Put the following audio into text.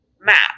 map